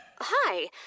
Hi